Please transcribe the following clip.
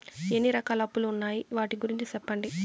ఎన్ని రకాల అప్పులు ఉన్నాయి? వాటి గురించి సెప్పండి?